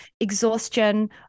Exhaustion